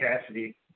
Cassidy